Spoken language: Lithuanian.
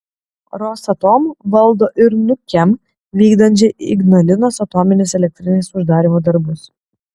rosatom valdo ir nukem vykdančią ignalinos atominės elektrinės uždarymo darbus